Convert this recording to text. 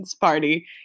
Party